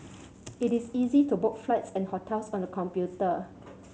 it is easy to book flights and hotels on the computer